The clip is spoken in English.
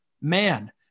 man